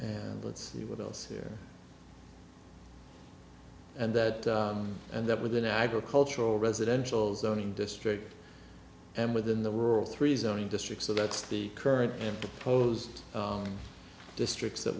and let's see what else here and that and that with an agricultural residential zoning district and within the rural three zoning districts so that's the current proposed districts that